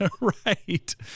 Right